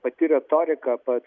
pati retorika pats